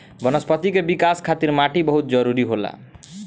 वनस्पति के विकाश खातिर माटी बहुत जरुरी होला